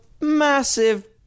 massive